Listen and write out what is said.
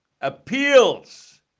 appeals